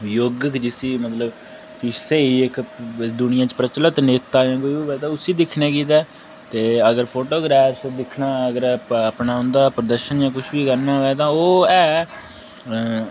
योगक जिसी मतलब इक स्हेई दूनिया च प्रचलत नेता होऐ ते उसी दिक्खने गितै ते अगर फोटोग्रॉफ दिक्खना अगर अपना उं'दा प्रदर्शन जां कुछ बी करना होऐ तां ओह् ऐ अ